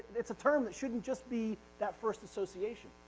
it's a term that shouldn't just be that first association.